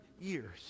years